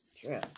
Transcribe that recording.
True